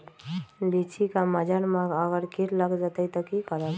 लिचि क मजर म अगर किट लग जाई त की करब?